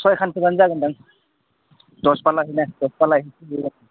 सयखानसो जागोन दां दस पाल्लाहैना दस पाल्लाहै जायो